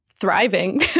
Thriving